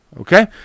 Okay